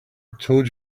told